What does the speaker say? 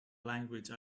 language